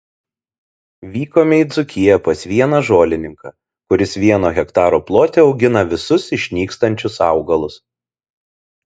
vykome į dzūkiją pas vieną žolininką kuris vieno hektaro plote augina visus išnykstančius augalus